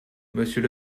monsieur